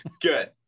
good